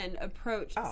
approach